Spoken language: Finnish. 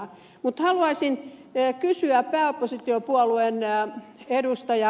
mutta haluaisin kysyä pääoppositiopuolueen ed